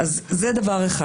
אז זה דבר אחד.